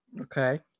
Okay